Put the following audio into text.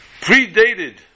predated